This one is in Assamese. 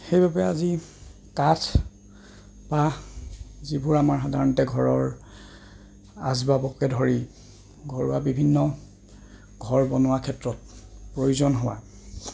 সেইবাবে আজি কাঠ বাঁহ যিবোৰ আমাৰ সাধাৰণতে ঘৰৰ আচবাবকে ধৰি ঘৰুৱা বিভিন্ন ঘৰ বনোৱা ক্ষেত্ৰত প্ৰয়োজন হোৱা